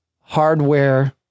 hardware